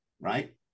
right